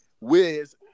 Wiz